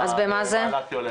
אז במה זה?